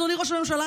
אדוני ראש הממשלה,